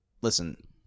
listen